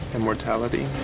Immortality